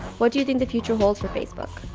what do you think the future holds for facebook?